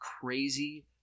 crazy